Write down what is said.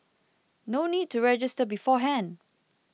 no need to register beforehand